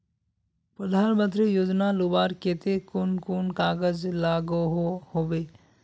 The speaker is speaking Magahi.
प्रधानमंत्री योजना लुबार केते कुन कुन कागज लागोहो होबे?